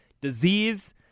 disease